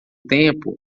tempo